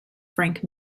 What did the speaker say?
frank